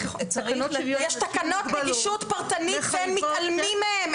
יש תקנות נגישות פרטנית והם מתעלמים מהם,